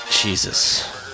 Jesus